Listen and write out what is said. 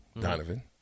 Donovan